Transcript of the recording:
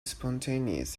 spontaneous